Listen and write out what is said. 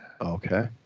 Okay